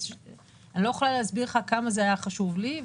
אני לא יכולה להסביר לך כמה זה היה חשוב לי,